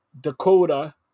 Dakota